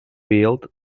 field